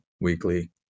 weekly